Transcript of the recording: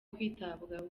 kwitabwaho